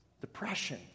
Depression